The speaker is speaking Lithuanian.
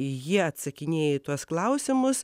ji atsakinėja į tuos klausimus